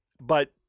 But-